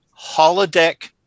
holodeck